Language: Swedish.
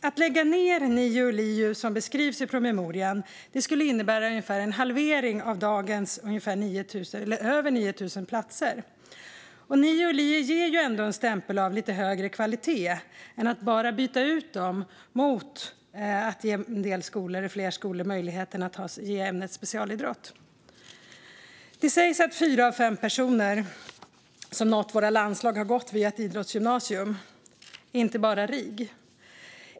Att lägga ned NIU och LIU, så som beskrivs i promemorian, skulle innebära ungefär en halvering av dagens över 9 000 platser. NIU och LIU ger ändå en stämpel av lite högre kvalitet jämfört med att bara byta ut dem mot att ge fler skolor möjlighet att ge ämnet specialidrott. Det sägs att fyra av fem personer som nått våra landslag har gått via ett idrottsgymnasium, inte bara RIG.